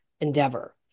endeavor